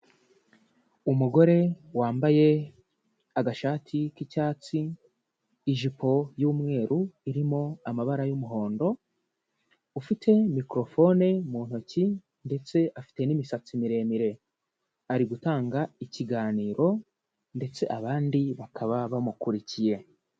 Umugore wambaye agashati k'icyatsi, ijipo y'umweru irimo amabara y'umuhondo, ufite mikorofone mu ntoki, ndetse afite n'imisatsi miremire. Ari gutanga ikiganiro ndetse abandi bakaba bamukurikiye.